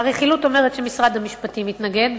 והרכילות אומרת שמשרד המשפטים התנגד,